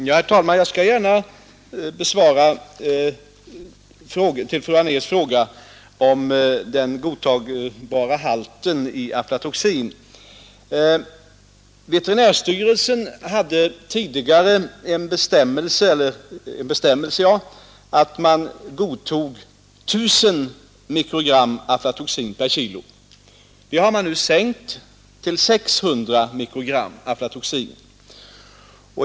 Herr talman! Jag skall gärna besvara fru Anérs fråga om den godtagbara halten av aflatoxin. Veterinärstyrelsen hade tidigare en bestämmelse att man godtog 1 000 mikrogram aflatoxin per kilo. Den halten har man nu sänkt till 600 mikrogram.